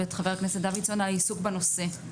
ואת חבר הכנסת דוידסון על העיסוק בנושא.